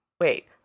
wait